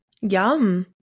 Yum